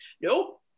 Nope